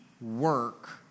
work